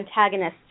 antagonists